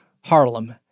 Harlem